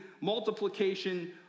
multiplication